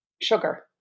sugar